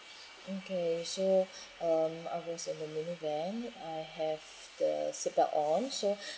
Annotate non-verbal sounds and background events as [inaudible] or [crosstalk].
okay so um I was in the mini van I have the seatbelt on so [breath]